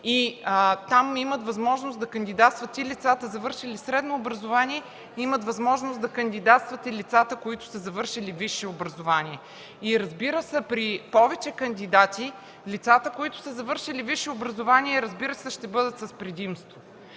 Там имат възможност да кандидатстват и лицата, завършили средно образование, имат възможност да кандидатстват и лицата, които са завършили висше образование. Разбира се, при повече кандидати, лицата, които са завършили висше образование, ще бъдат с предимство.